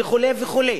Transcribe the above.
וכו' וכו'.